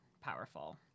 powerful